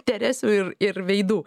teresių ir ir veidų